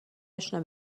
اشنا